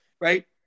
right